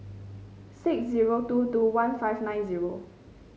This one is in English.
six zero two two one five nine zero